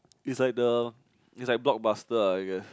is like the is like blockbuster I guess